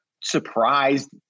surprised